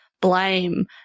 blame